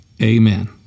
Amen